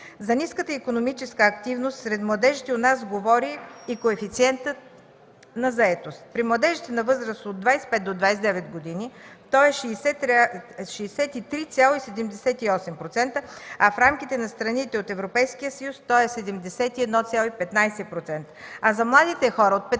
За ниската икономическа активност сред младежите у нас говори и коефициентът на заетост. При младежите на възраст от 25 до 29 години той е 63,78%, а в рамките на страните от Европейския съюз той е 71,15%, за младите хора от 15